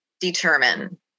determine